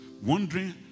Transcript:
Wondering